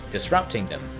disrupting them,